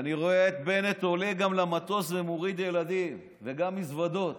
אני רואה את בנט גם עולה למטוס ומוריד ילדים וגם מזוודות.